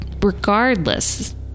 regardless